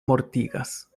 mortigas